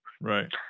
Right